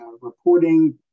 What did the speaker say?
reporting